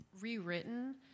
rewritten